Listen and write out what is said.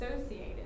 associated